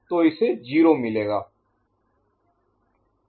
तो इसे 0 मिलेगा